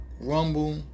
Rumble